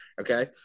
okay